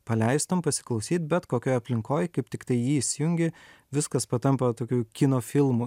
paleistum pasiklausyt bet kokioj aplinkoj kaip tiktai jį įsijungi viskas patampa tokiu kino filmu